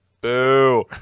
Boo